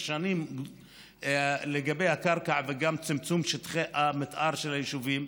שנים בעניין הקרקע וגם בעניין צמצום שטחי המתאר של היישובים,